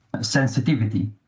sensitivity